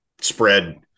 spread